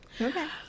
okay